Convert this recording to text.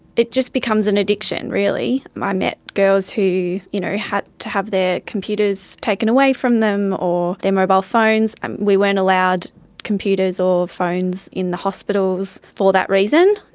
it just becomes an addiction really. i met girls who you know had to have their computers taken away from them or their mobile phones. and we weren't allowed computers or phones in the hospitals for that reason,